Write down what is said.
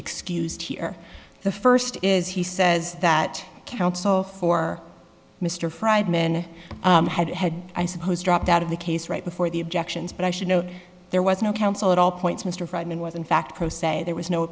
excused here the first is he says that counsel for mr freidman had had i suppose dropped out of the case right before the objections but i should note there was no counsel at all points mr freidman was in fact pro se there was no